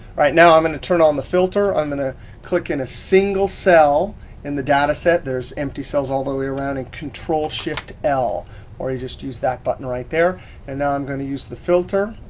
right, now, i'm gonna turn on the filter. i'm going to click in a single cell in the data set. there's empty cells all the way around and control shift l or you just use that button right there and now, i'm gonna use the filter.